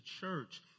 church